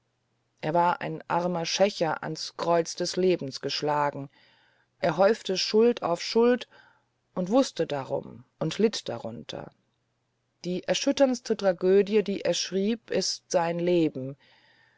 er war ein armer schächer ans kreuz dieses lebens geschlagen er häufte schuld auf schuld und wußte darum und litt darunter die erschütterndste tragödie die er schrieb ist sein leben